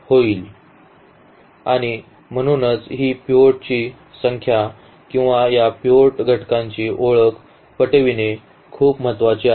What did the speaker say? आणि म्हणूनच ही पिव्होटची संख्या किंवा या पिव्होट घटकांची ओळख पटविणे खूप महत्वाचे आहे